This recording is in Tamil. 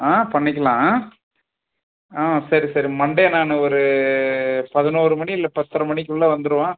ஆ பண்ணிக்கலாம் ஆ ஆ சரி சரி மண்டே நான் ஒரு பதினோரு மணி இல்லை பத்தரை மணிக்குள்ளே வந்துருவோம்